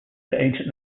ancient